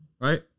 Right